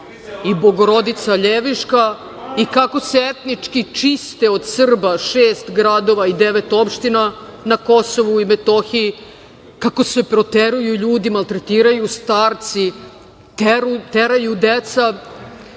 i Bogorodica Ljeviška i kako se etnički čiste od Srba šest gradova i devet opština na Kosovu i Metohiji, kako se proteruju ljudi, maltretiraju starci, teraju deca.